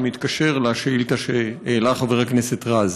שמתקשר לשאילתה שהעלה חבר הכנסת רז,